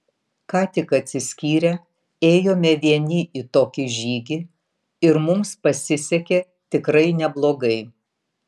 ką tik atsiskyrę ėjome vieni į tokį žygį ir mums pasisekė tikrai neblogai